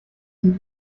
mit